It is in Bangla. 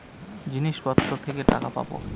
জিনিসপত্র থেকে টাকা পাবো